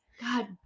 God